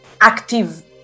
active